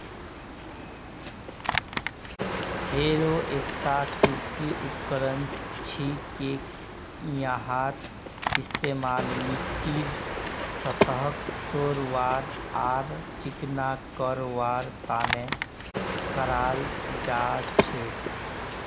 harrow एकता कृषि उपकरण छिके यहार इस्तमाल मिट्टीर सतहक तोड़वार आर चिकना करवार तने कराल जा छेक